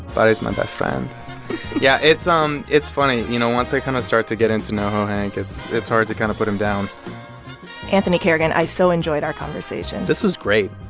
but is my best friend yeah, it's um it's funny. you know, once i kind of start to get into noho hank, it's hard hard to kind of put him down anthony carrigan, i so enjoyed our conversation this was great.